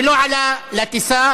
ולא עלה לטיסה,